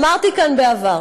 אמרתי כאן בעבר,